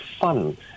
fun